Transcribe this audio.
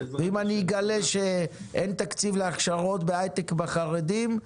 אם אני אגלה שאין תקציב להכשרות בהיי-טק בחרדים,